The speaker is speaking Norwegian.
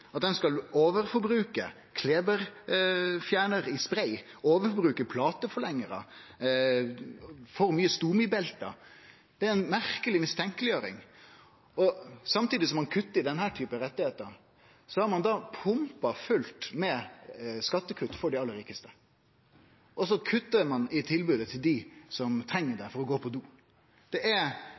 skal overforbruke klebefjernar i spray og plateforlengarar og få for mange stomibelte? Det er ei merkeleg mistenkjeleggjering. Samtidig som ein har kutta i denne typen rettar, har ein pumpa ut skattelettar for dei aller rikaste. Ein kuttar altså i tilbodet til dei som treng utstyret for å gå på do – det er